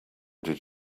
did